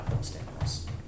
standards